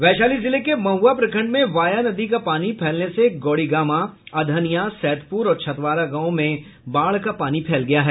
वैशाली जिले के महुआ प्रखंड में वाया नदी का पानी फैलने से गौड़ीगामा अधनिया सैदपुर और छतवारा गांवों में बाढ़ का पानी फैल गया है